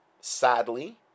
sadly